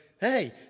hey